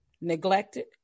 neglected